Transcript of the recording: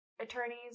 attorneys